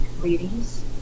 Ladies